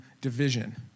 division